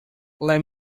let